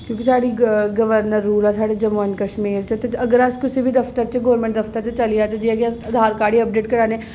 क्योंकि साढ़ै governor rule ऐ साढ़े जम्मू कश्मीर च ते अगर अस कुसै बी दफ्तर च गौरमेंट दफ्तर च चली जाचै आधार कार्ड अपडेट कराने गी ते